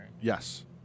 Yes